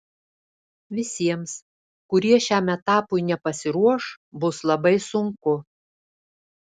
visiems kurie šiam etapui nepasiruoš bus labai sunku